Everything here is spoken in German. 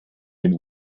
den